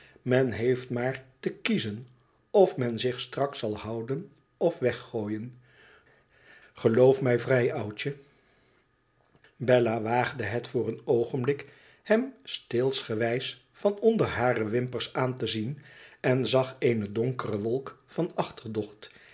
men heeft maar te kiezen of men zich strak zal houden of weggooien geloof mij vrij oudje bella waagde het voor een oogenblik hem steelsgewijs van onder hare wimpers aan te zien en zag eene donkere wolk van achterdocht